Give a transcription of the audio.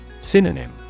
Synonym